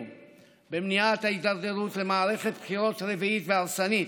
במניעת ההידרדרות למערכת בחירות רביעית והרסנית,